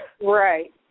Right